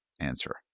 answer